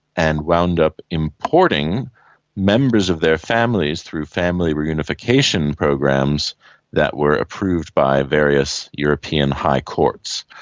and wound up importing members of their families through family reunification programs that were approved by various european high courts.